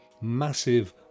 massive